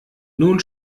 nun